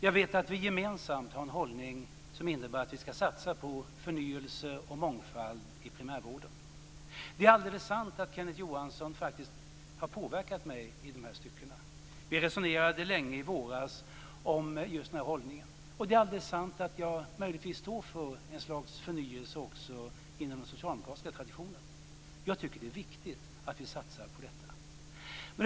Jag vet att vi gemensamt har en hållning som innebär att vi ska satsa på förnyelse och mångfald i primärvården. Det är alldeles sant att Kenneth Johansson har påverkat mig i dessa stycken. Vi resonerade länge i våras om just den här hållningen. Och möjligtvis står jag för ett slags förnyelse också inom den socialdemokratiska traditionen. Jag tycker att det är viktigt att vi satsar på detta.